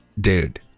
Dude